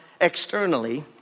externally